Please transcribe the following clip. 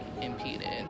impeded